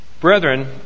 Brethren